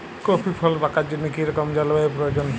Coffee ফল পাকার জন্য কী রকম জলবায়ু প্রয়োজন?